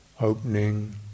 Opening